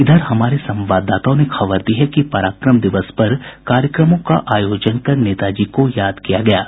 इधर हमारे संवाददाताओं ने खबर दी है कि पराक्रम दिवस पर कार्यक्रमों का आयोजन कर नेताजी जी को याद किया जा रहा है